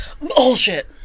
Bullshit